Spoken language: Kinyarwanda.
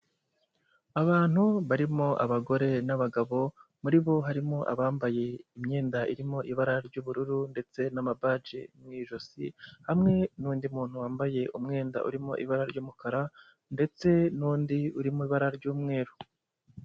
Abantu barimo abagore n'abagabo, muri bo harimo abambaye imyenda irimo ibara ry'ubururu ndetse n'amabaje mu ijosi hamwe n'undi muntu wambaye umwenda urimo ibara ry'umukara ndetse n'undi urimo ibara ry'umweru.